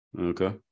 okay